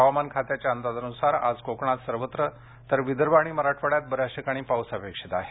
हवामान खात्याच्या अंदाजानुसार आज कोकणात सर्वत्र तर विदर्भ आणि मराठवाड्यात बऱ्याच ठिकाणी पाऊस अपेक्षित आहे